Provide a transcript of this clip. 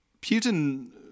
Putin